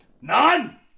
None